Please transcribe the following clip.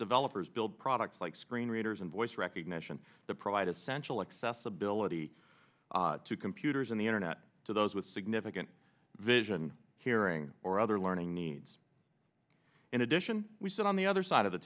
developers build products like screen readers and voice recognition that provide essential accessibility to computers and the internet to those with significant isn't hearing or other learning needs in addition we sit on the other side of the